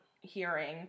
hearing